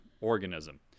organism